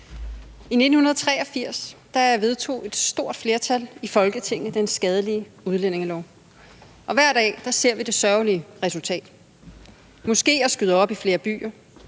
I 1983 vedtog et stort flertal i Folketinget den skadelige udlændingelov, og hver dag ser vi det sørgelige resultat: Moskeer skyder op i flere byer;